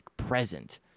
Present